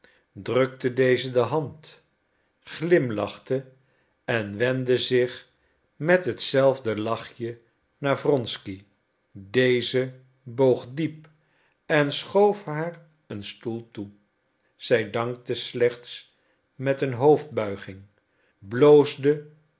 drukte deze de hand glimlachte en wendde zich met hetzelfde lachje naar wronsky deze boog diep en schoof haar een stoel toe zij dankte slechts met een hoofdbuiging bloosde